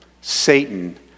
Satan